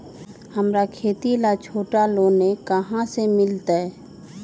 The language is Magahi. हमरा खेती ला छोटा लोने कहाँ से मिलतै?